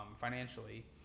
financially